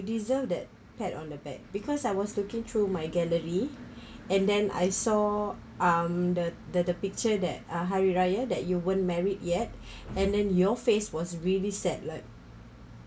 deserved that pat on the back because I was looking through my gallery and then I saw um the the the picture that ah hari raya that you weren't married yet and then your face was really sad like